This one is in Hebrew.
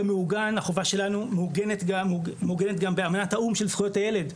החובה שלנו מעוגנת גם באמנת האו"ם של זכויות הילד,